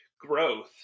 growth